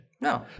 No